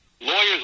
Lawyers